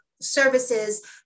services